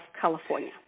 California